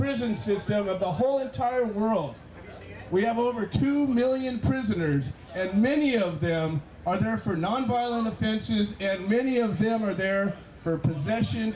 prison system of the whole entire world we have over two million prisoners men you know of them are there for nonviolent offenses and many of them are there for possession